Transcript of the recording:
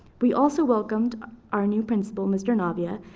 we also welcomed our new principal, mr. navia,